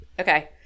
Okay